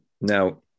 Now